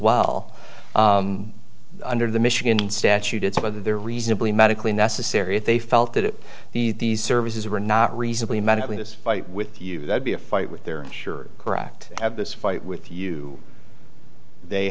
well under the michigan statute it's whether they're reasonably medically necessary if they felt that the these services were not reasonably medically this fight with you would be a fight with their insurer correct of this fight with you they